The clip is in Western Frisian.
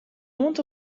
oant